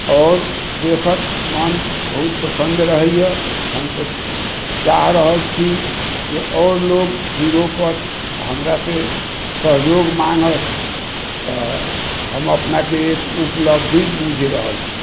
आओर देखकऽ मन बहुत प्रसन्न रहैया हम तऽ चाह रहल छी जे आओर लोक भी रौपत हमरासँ सहयोग माँगत तऽ हम अपनाके उपलब्धि बुझि रहल छी